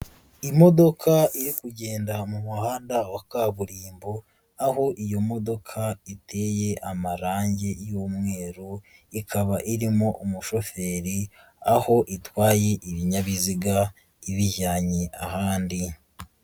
Imodoka iri kugenda mu muhanda wa kaburimbo, aho iyo modoka iteye amarangi y'umweru, ikaba irimo umushoferi, aho itwaye ibinyabiziga ibijyanye ahandi.